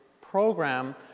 program